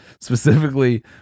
Specifically